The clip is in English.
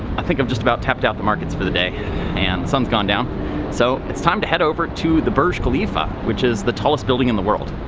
i think i've just about tapped out the markets for the day and the sun's gone down so it's time to head over to the burj khalifa which is the tallest building in the world,